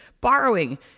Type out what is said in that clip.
borrowing